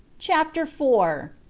chapter four.